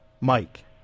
Mike